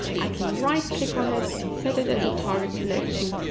i can right click on it, and set it as a target collection,